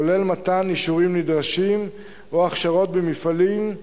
כולל מתן אישורים נדרשים או הכשרות במפעלים,